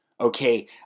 Okay